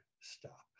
stop